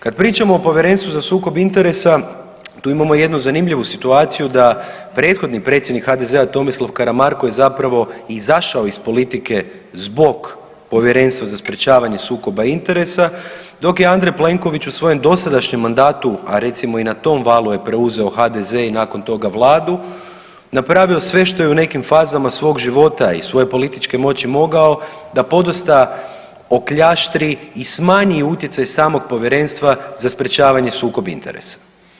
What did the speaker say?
Kad pričamo o povjerenstvu za sukob interesa tu imamo jednu zanimljivu situaciju da prethodni predsjednik HDZ-a Tomislav Karamarko je zapravo i izašao iz politike zbog Povjerenstva za sprječavanje sukoba interesa dok je Andrej Plenković u svojem dosadašnjem mandatu, a recimo i na tom valu je preuzeo HDZ i nakon toga vladu, napravio sve što je u nekim fazama svog života i svoje političke moći mogao da podosta okljaštri i smanji utjecaj samog Povjerenstva za sprječavanje sukoba interesa.